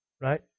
right